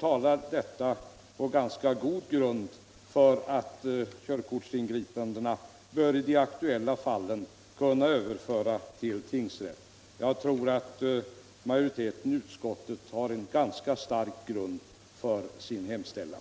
talar detta ganska starkt för att körkortsingripandena i de aktuella fallen bör kunna överföras till tingsrätt. Jag tror att majoriteten i utskottet har en ganska god grund för sin hemställan.